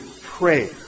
prayer